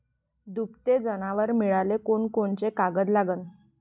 दुभते जनावरं मिळाले कोनकोनचे कागद लागन?